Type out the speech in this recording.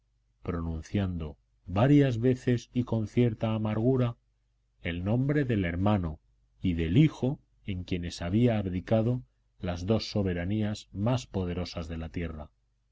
pronunciando varias veces y con cierta amargura el nombre del hermano y del hijo en quienes había abdicado las dos soberanías más poderosas de la tierra